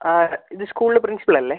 ആ ഇത് സ്കൂളിലെ പ്രിൻസിപ്പിൾ അല്ലേ